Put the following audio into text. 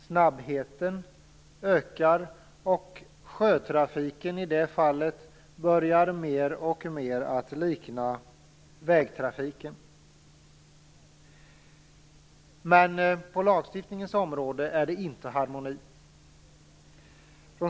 Snabbheten ökar, och sjötrafiken börjar i det fallet mer och mer att likna vägtrafiken. Men på lagstiftningens område råder inte harmoni.